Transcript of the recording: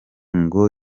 ngo